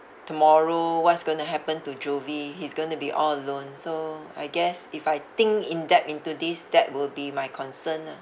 tomorrow what's going to happen to jovie he's going to be all alone so I guess if I think in depth into this that will be my concern ah